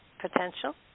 potential